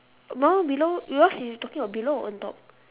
my one below yours is talking about below or on top